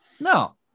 No